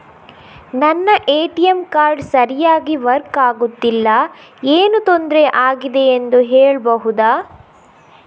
ನನ್ನ ATM card ಸರಿಯಾಗಿ work ಆಗುತ್ತಿಲ್ಲ, ಏನು ತೊಂದ್ರೆ ಆಗಿದೆಯೆಂದು ಹೇಳ್ಬಹುದಾ?